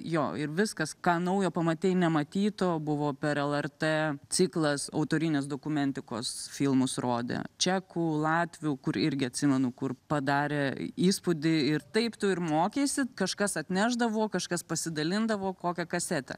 jo ir viskas ką naujo pamatei nematyto buvo per lrt ciklas autorinės dokumentikos filmus rodė čekų latvių kur irgi atsimenu kur padarė įspūdį ir taip tu ir mokeisi kažkas atnešdavo kažkas pasidalindavo kokia kasete